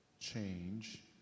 change